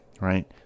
right